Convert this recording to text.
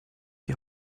die